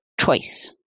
choice